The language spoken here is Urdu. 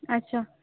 اچھا